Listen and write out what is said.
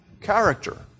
character